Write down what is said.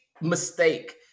mistake